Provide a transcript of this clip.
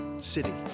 city